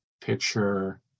picture